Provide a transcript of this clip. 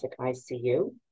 ICU